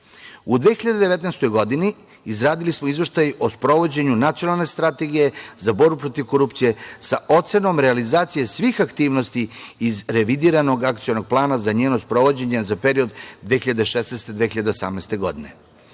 2019. godini izradili smo Izveštaj o sprovođenju Nacionalne strategije za borbu protiv korupcije, sa ocenom realizacije svih aktivnosti iz revidiranog Akcionog plana za njeno sprovođenje, za period od 2016. do 2018. godine.